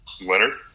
Leonard